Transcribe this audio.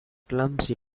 clumsy